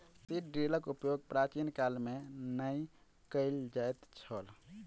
seed ड्रीलक उपयोग प्राचीन काल मे नै कय ल जाइत छल